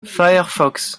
firefox